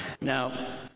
now